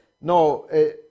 no